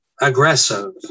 aggressive